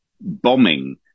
bombing